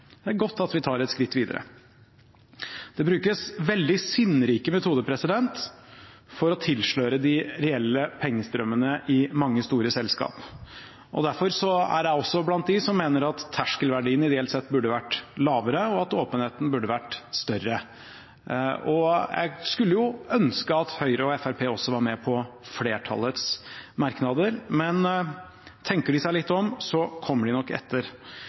Det er godt at vi tar et skritt videre. Det brukes veldig sinnrike metoder for å tilsløre de reelle pengestrømmene i mange store selskap. Derfor er jeg blant dem som mener at terskelverdiene ideelt sett burde vært lavere, og at åpenheten burde vært større. Jeg skulle ønske at Høyre og Fremskrittspartiet også var med på flertallets merknader – men tenker de seg litt om, kommer de nok etter